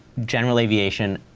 general aviation,